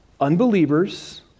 Unbelievers